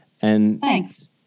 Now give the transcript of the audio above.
Thanks